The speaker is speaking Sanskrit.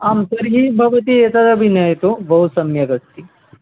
आं तर्हि भवती एतदपि नयतु बहुसम्यक् अस्ति